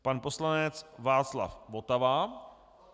Pan poslanec Václav Votava.